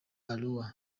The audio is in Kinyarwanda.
barua